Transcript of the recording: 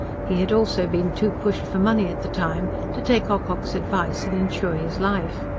he had also been too pushed for money, at the time, to take ocock's advice and insure his life.